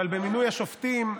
אבל במינוי השופטים,